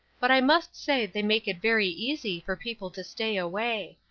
but i must say they make it very easy for people to stay away.